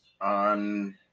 On